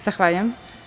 Zahvaljujem.